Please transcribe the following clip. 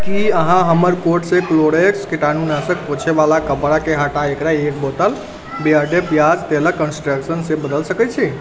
की अहाँ हमर कोर्ट से क्लोरोक्स किटाणुनाशक पोछएवला कपड़ाके हटा एकरा एक बोतल बियर्डो प्याज तेलक कॉन्सेंट्रेट से बदल सकैत छी